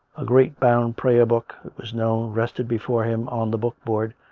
a great bound prayer book, it was known, rested before him on the book-board,